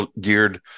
geared